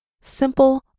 simple